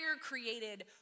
created